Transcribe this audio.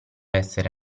essere